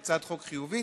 היא הצעת חוק חיובית,